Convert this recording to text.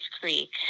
Creek